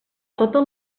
tota